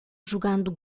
jogando